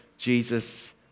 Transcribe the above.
Jesus